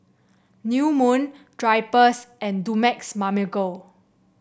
New Moon Drypers and Dumex Mamil Gold